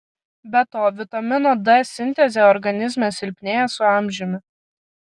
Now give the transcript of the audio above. be to vitamino d sintezė organizme silpnėja su amžiumi